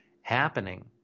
happening